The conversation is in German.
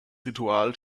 ritual